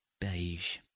Beige